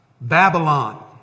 Babylon